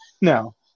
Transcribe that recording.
No